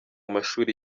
mashuri